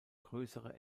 größere